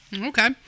Okay